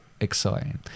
Exciting